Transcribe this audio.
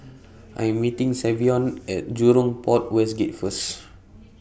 I Am meeting Savion At Jurong Port West Gate First